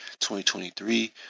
2023